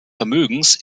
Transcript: vermögens